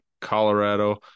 Colorado